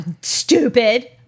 Stupid